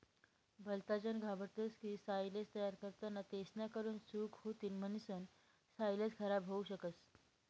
भलताजन घाबरतस की सायलेज तयार करताना तेसना कडून चूक होतीन म्हणीसन सायलेज खराब होवू शकस